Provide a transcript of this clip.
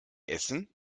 essen